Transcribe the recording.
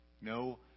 No